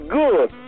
good